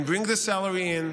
and bring the salary in.